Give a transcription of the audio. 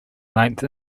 ninth